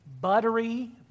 buttery